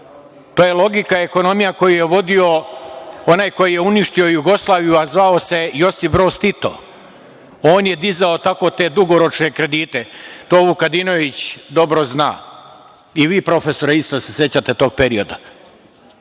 To je logika ekonomije koju je vodio onaj koji je uništio Jugoslaviju, a zvao se Josip Broz Tito. On je dizao te takve dugoročne kredite. To Vukadinović dobro zna. I vi profesore isto se sećate tog perioda. Živelo